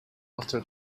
often